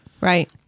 Right